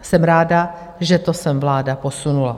Jsem ráda, že to sem vláda posunula.